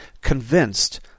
convinced